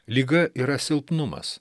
liga yra silpnumas